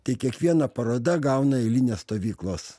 tai kiekviena paroda gauna eilinį stovyklos